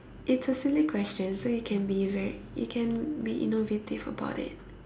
it's a silly question so you can be very you can be innovative about it